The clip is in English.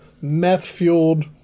meth-fueled